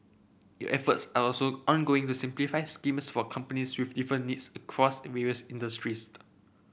efforts are also ongoing to simplify schemes for companies needs across various industries